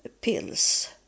pills